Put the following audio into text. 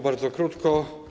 Bardzo krótko.